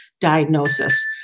diagnosis